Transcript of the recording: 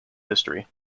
history